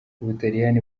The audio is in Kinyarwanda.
ubutaliyani